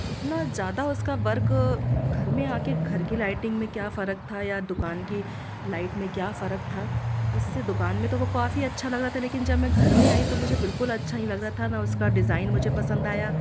इतना ज़्यादा उसका वर्क घर में आकर घर की लाइटिंग में क्या फ़र्क था या दुकान की लाइट में क्या फ़र्क था उससे दुकान में तो वो काफ़ी अच्छा लग रहा था लेकिन जब मैं घर में आए तो मुझे बिलकुल अच्छा नहीं लग रहा था न उसका डिजाइन मुझे पसंद आया